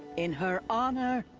in her honor.